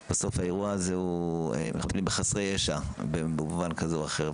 אנחנו מטפלים בחסרי ישע במובן כזה או אחר,